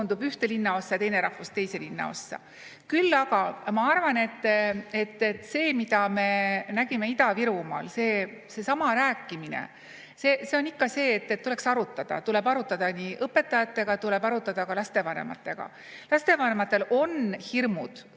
koondub ühte linnaossa, teine rahvus teise linnaossa. Küll aga ma arvan, et see, mida me nägime Ida-Virumaal, seesama rääkimine, on ikka see, et tuleks arutada. Tuleb arutada õpetajatega, tuleb arutada ka lapsevanematega. Lapsevanematel on hirmud.